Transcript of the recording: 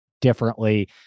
differently